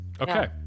Okay